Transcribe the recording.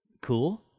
cool